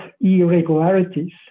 irregularities